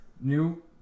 new